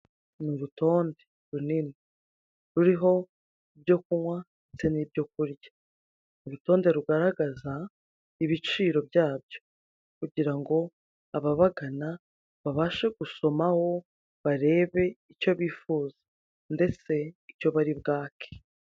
Ni urutonde runini ruriho ibyokunywa ndetse n'ibyoku kurya, urutonde rugaragaza ibiciro byabyo kugira ngo ababagana babashe gusomaho barebe icyo bifuza ndetse icyo bari bwake.